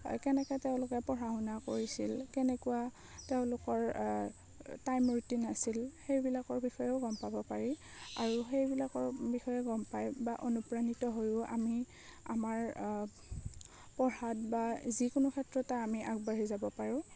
কেনেকৈ তেওঁলোকে পঢ়া শুনা কৰিছিল কেনেকুৱা তেওঁলোকৰ টাইম ৰুটিন আছিল সেইবিলাকৰ বিষয়েও গম পাব পাৰি আৰু সেইবিলাকৰ বিষয়ে গম পাই বা অনুপ্ৰাণিত হৈও আমি আমাৰ পঢ়াত বা যিকোনো ক্ষেত্ৰতে আমি আগবাঢ়ি যাব পাৰোঁ